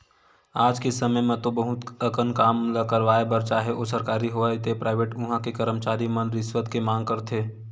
आज के समे म तो बहुत अकन काम ल करवाय बर चाहे ओ सरकारी होवय ते पराइवेट उहां के करमचारी मन रिस्वत के मांग करथे